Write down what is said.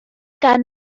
gan